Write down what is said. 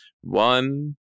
One